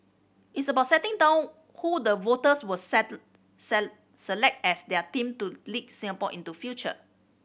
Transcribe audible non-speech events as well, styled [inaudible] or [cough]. it's about setting down who the voters will [unintelligible] select as their team to lead Singapore into future